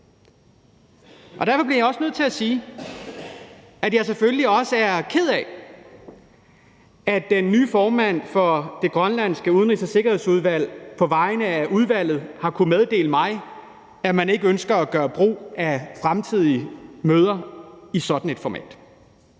Derfor bliver jeg også nødt til at sige, at jeg selvfølgelig også er ked af, at den nye formand for det grønlandske udenrigs- og sikkerhedsudvalg på vegne af udvalget har kunnet meddele mig, at man ikke ønsker at gøre brug af fremtidige møder i sådan et format.